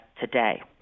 today